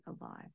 alive